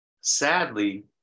sadly